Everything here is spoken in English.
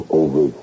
over